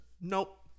nope